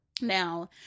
Now